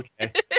okay